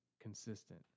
consistent